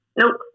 Nope